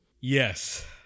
Yes